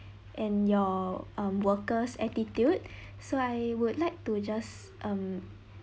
and your um workers attitude so I would like to just um